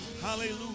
Hallelujah